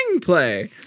play